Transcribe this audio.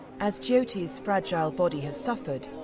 as jyoti's fragile body has suffered,